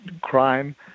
crime